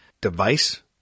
device